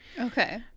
okay